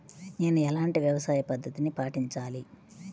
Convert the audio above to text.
నేను ఎలాంటి వ్యవసాయ పద్ధతిని పాటించాలి?